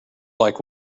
like